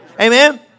Amen